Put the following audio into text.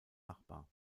nachbar